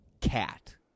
cat